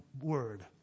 word